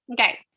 Okay